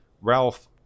ralph